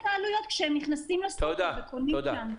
העלויות כשהם נכנסים לקניות בסופר וקונים אותם?